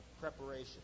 preparation